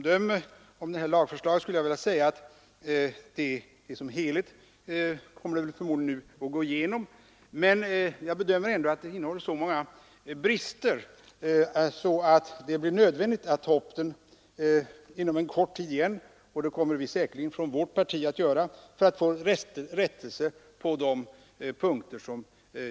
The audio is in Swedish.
Detta lagförslag kommer förmodligen nu att gå igenom, men som slutomdöme skulle jag vilja säga att det innehåller så många brister att det blir nödvändigt att ta upp lagen till förnyad prövning inom en kort tid — detta kommer säkerligen vårt parti att göra — för att få till stånd en rättelse på de punkter jag här berört.